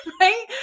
Right